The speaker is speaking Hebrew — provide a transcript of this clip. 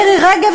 או למירי רגב,